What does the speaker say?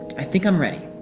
i think i'm ready.